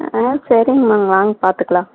ஆ சரிங்க மேம் வாங்க பார்த்துக்குலாம்